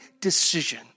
decision